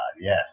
yes